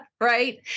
Right